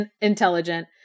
intelligent